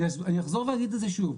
אני אחזור ואגיד את זה שוב.